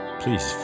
please